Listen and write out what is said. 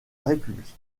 république